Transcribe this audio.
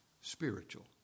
Spiritual